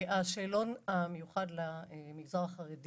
השאלון המיוחד למגזר החרדי